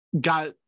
got